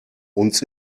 uns